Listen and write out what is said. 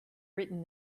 written